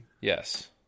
Yes